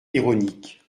ironique